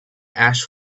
ash